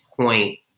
point